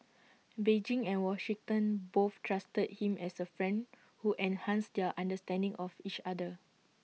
Beijing and Washington both trusted him as A friend who enhanced their understanding of each other